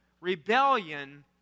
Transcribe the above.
rebellion